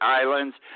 islands